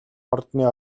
ордны